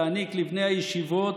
להעניק לבני הישיבות